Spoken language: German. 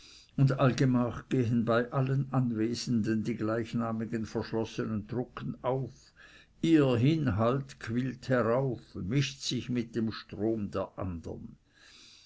und allgemach gehen bei allen anwesenden die gleichnamigen verschlossenen drucken auf ihr inhalt quillt herauf mischt sich mit dem strome der andern